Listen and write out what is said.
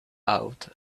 out